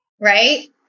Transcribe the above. right